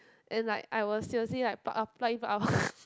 and like I was seriously like pluck out pluck in pluck out